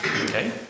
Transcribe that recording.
Okay